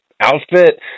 outfit